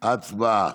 הצבעה.